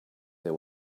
they